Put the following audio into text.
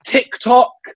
TikTok